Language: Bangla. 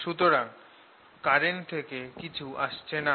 সুতরাং কারেন্ট থেকে কিছু আসছে না